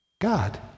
God